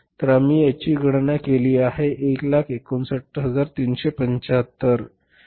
तर आम्ही त्याची गणना केली आहे हे 159375 आहे